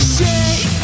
Shake